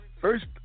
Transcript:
First